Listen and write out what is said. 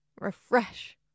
Refresh